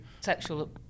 Sexual